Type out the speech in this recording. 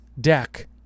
deck